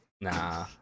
Nah